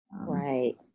Right